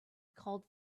called